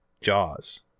Jaws